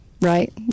Right